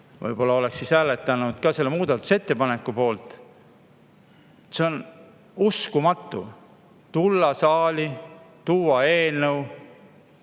võib-olla oleks nad hääletanud selle muudatusettepaneku poolt. See on uskumatu: tulla saali, tuua siia eelnõu,